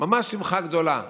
ממש שמחה גדולה.